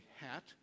hat